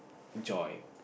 joy